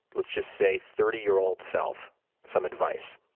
let's just say, thirty year old self some advice,